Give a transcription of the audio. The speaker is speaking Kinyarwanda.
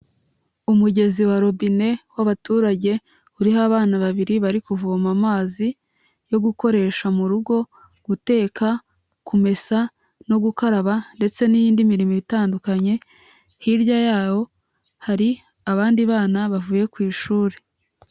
Umugezi wa robine w'abaturage uriho abana babiri bari kuvoma amazi yo gukoresha mu rugo, guteka, kumesa no gukaraba ndetse n'yindi mirimo itandukanye, hirya yawo hari abandi bana bavuye ku ishuri.